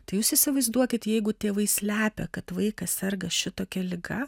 tai jūs įsivaizduokit jeigu tėvai slepia kad vaikas serga šitokia liga